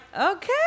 okay